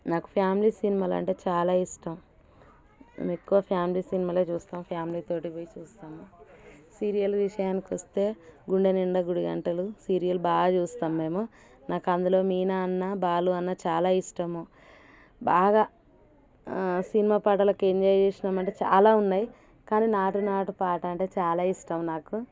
నాకు ఫ్యామిలీ సినిమాలు అంటే చాలా ఇష్టం మేము ఎక్కువ ఫ్యామిలీ సినిమాలే చూస్తాము ఫ్యామిలీతో పోయి చూస్తాము సీరియళ్ళు విషయానికి వస్తే గుండెనిండా గుడి గంటలు సీరియల్ బాగా చూస్తాము మేము నాకు అందులో మీనా అన్నా బాలు అన్నా చాలా ఇష్టము బాగా సినిమా పాటలకు ఎంజాయ్ చేసాము అంటే చాలా ఉన్నాయి కానీ నాటు నాటు పాట అంటే చాలా ఇష్టం నాకు